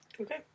Okay